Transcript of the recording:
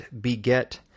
beget